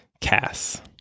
Cass